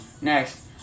next